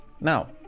now